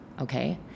okay